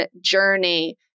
journey